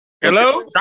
Hello